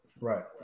right